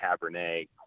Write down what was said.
Cabernet